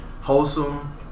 wholesome